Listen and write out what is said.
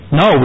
no